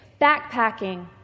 backpacking